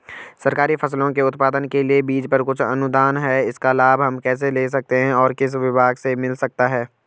सरकारी फसलों के उत्पादन के लिए बीज पर कुछ अनुदान है इसका लाभ हम कैसे ले सकते हैं और किस विभाग से मिल सकता है?